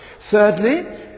Thirdly